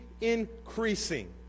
increasing